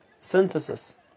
synthesis